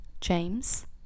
James